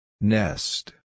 Nest